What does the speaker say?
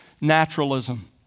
naturalism